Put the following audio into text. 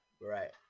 Right